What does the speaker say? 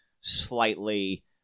slightly